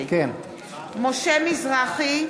(קוראת בשמות חברי הכנסת) משה מזרחי,